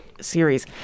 series